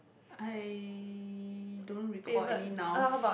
I don't recall any now